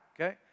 okay